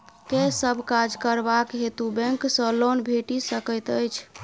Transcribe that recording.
केँ सब काज करबाक हेतु बैंक सँ लोन भेटि सकैत अछि?